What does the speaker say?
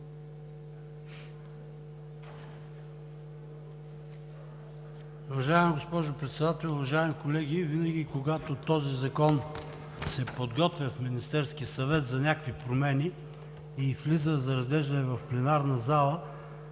Уважаема госпожо Председател, уважаеми колеги! Винаги, когато този закон се подготвя в Министерския съвет за някакви промени и влиза за разглеждане в пленарната зала,